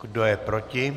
Kdo je proti?